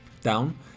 Down